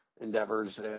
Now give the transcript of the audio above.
endeavors